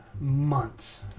months